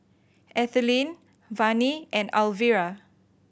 Ethelyn Vannie and Alvira